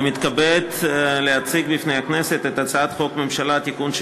אני מתכבד להציג בפני הכנסת את הצעת חוק הממשלה (תיקון,